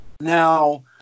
Now